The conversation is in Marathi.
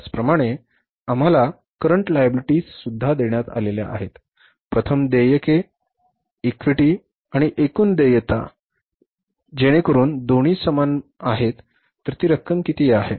त्याचप्रमाणे आम्हाला सद्य दायित्वे देण्यात आली आहेत प्रथम देय देयके honors इक्विटी आणि एकूण देयता आणि honors इक्विटी जेणेकरून दोन्ही बाजू समान आहेत तर ती रक्कम किती आहे